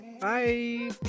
Bye